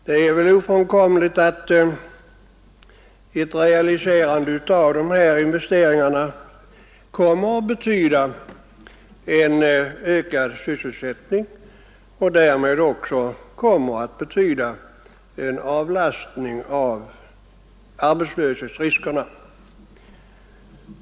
Det är ofrånkomligt att ett realiserande av de här investeringarna kommer att betyda en ökad sysselsättning — och därmed också med föra en minskning av arbetslöshetsriskerna.